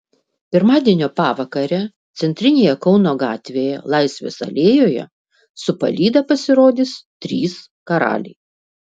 pirmadienio pavakarę centrinėje kauno gatvėje laisvės alėjoje su palyda pasirodys trys karaliai